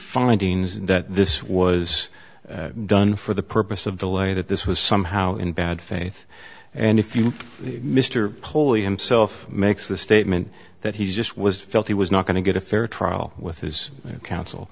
findings and that this was done for the purpose of the lay that this was somehow in bad faith and if you mr poley himself makes the statement that he just was felt he was not going to get a fair trial with his counsel